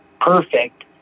perfect